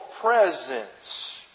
presence